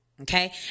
Okay